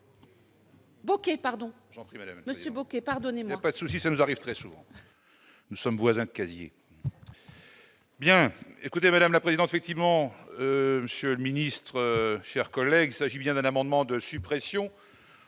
Bon, OK, pardon, Monsieur Bocquet, pardonnez-moi. Parce que ça nous arrive très souvent nous sommes voisins quasi. Bien écoutez, madame la présidente, effectivement, monsieur le ministre, chers collègues s'agit bien d'un amendement de suppression